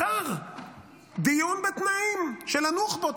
מחר דיון בתנאים של הנוח'בות,